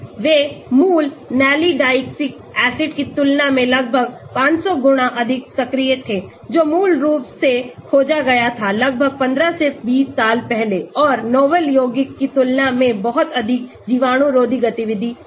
वे मूल nalidixic acid की तुलना में लगभग 500 गुना अधिक सक्रिय थे जो मूल रूप से खोजा गया था लगभग 15 से 20 साल पहले और novel यौगिक की तुलना में बहुत अधिक जीवाणुरोधी गतिविधि है